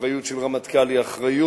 אחריות של רמטכ"ל היא אחריות.